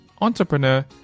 entrepreneur